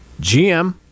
GM